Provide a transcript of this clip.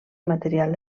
material